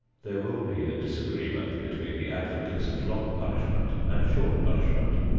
there will be a disagreement between the advocates of long punishment and short punishment,